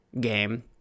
game